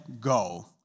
go